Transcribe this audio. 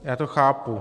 Já to chápu.